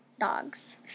dogs